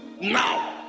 now